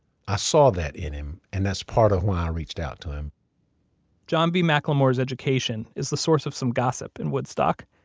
i saw that in him, and that's part of why i reached out to him john b. mclemore's education is the source of some gossip in woodstock.